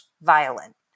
violent